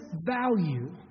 value